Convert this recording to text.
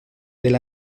del